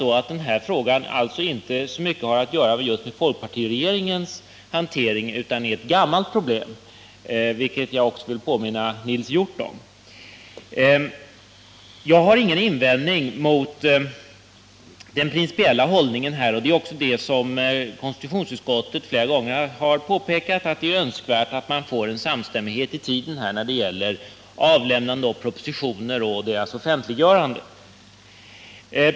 Nu har denna fråga inte så mycket att göra med folkpartiregeringens hantering utan är ett gammalt problem, vilket jag också vill påminna Nils Hjorth om. Jag har ingen invändning emot den principiella hållningen — som också flera gånger understrukits av konstitutionsutskottet — att det är önskvärt att få en samstämmighet i tiden när det gäller avlämnande av propositioner och deras offentliggörande.